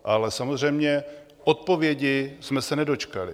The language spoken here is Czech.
Ale samozřejmě, odpovědi jsme se nedočkali.